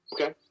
Okay